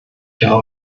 habe